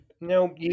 no